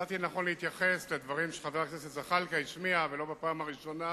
מצאתי לנכון להתייחס לדברים שחבר הכנסת זחאלקה השמיע ולא בפעם הראשונה